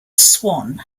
swan